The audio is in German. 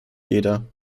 jeder